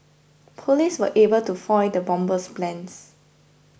police were able to foil the bomber's plans